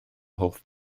hoff